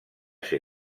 ser